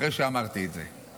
אחרי שאמרתי את זה,